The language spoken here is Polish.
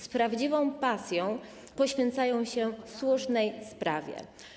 Z prawdziwą pasją poświęcają się słusznej sprawie.